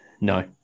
No